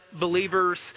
believers